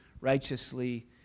righteously